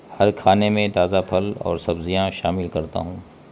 ہر کھانے میں تازہ پھل اور سبزیاں شامل کرتا ہوں